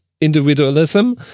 individualism